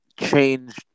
change